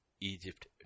Egypt